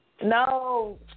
No